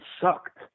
sucked